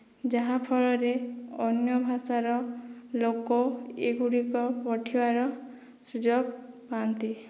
ଯାହା ଫଳରେ ଅନ୍ୟ ଭାଷାର ଲୋକ ଏଗୁଡ଼ିକ ପଢ଼ିବାର ସୁଯୋଗ ପାଆନ୍ତି